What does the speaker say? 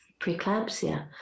preeclampsia